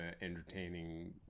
entertaining